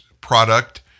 product